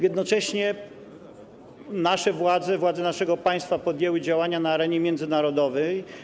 Jednocześnie nasze władze, władze naszego państwa podjęły działania na arenie międzynarodowej.